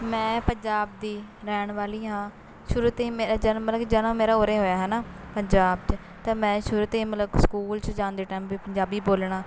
ਮੈਂ ਪੰਜਾਬ ਦੀ ਰਹਿਣ ਵਾਲੀ ਹਾਂ ਸ਼ੁਰੂ ਤੋਂ ਹੀ ਜਨਮ ਮੇਰਾ ਮਤਲਬ ਕਿ ਜਨਮ ਮੇਰਾ ਉਰੇ ਹੋਇਆ ਹੈ ਨਾ ਪੰਜਾਬ 'ਚ ਤਾਂ ਮੈਂ ਸ਼ੁਰੂ ਤੋਂ ਹੀ ਮਤਲਬ ਸਕੂਲ 'ਚ ਜਾਂਦੇ ਟਾਈਮ ਵੀ ਪੰਜਾਬੀ ਬੋਲਣਾ